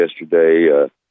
yesterday